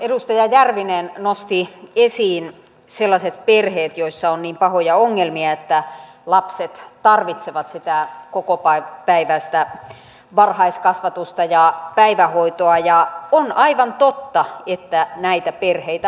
edustaja järvinen nosti esiin sellaiset perheet joissa on niin pahoja ongelmia että lapset tarvitsevat kokopäiväistä varhaiskasvatusta ja päivähoitoa ja on aivan totta että näitä perheitä on